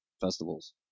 festivals